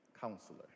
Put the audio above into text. Counselor